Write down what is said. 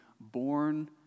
born